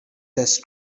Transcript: test